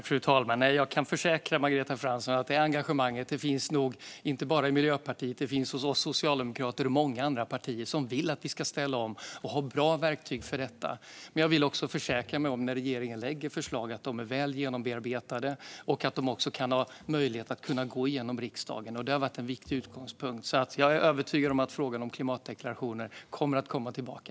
Fru talman! Jag kan försäkra Margareta Fransson om att detta engagemang nog inte bara finns i Miljöpartiet utan även i Socialdemokraterna och i många andra partier som vill att Sverige ska ställa om och ha bra verktyg för detta. Jag vill dock försäkra mig om att när regeringen lägger fram förslag ska de vara väl genombearbetade och kunna gå igenom i riksdagen. Detta är en viktig utgångspunkt. Jag är övertygad om att frågan om klimatdeklarationer kommer tillbaka.